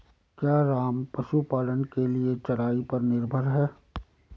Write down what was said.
क्या राम पशुपालन के लिए चराई पर निर्भर है?